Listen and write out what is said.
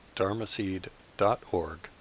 dharmaseed.org